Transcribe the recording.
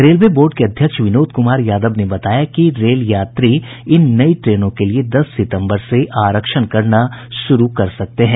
railway board के अध्यक्ष विनोद कुमार यादव ने बताया कि रेल यात्री इन नई ट्रेनों के लिए दस सितंबर से आरक्षण करना शुरू कर सकते हैं